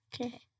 okay